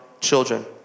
children